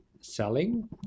selling